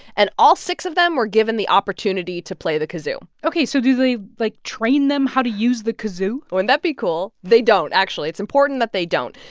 and all six of them were given the opportunity to play the kazoo ok. so do they, like, train them how to use the kazoo? wouldn't ah and that be cool? they don't, actually. it's important that they don't.